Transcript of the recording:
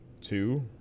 two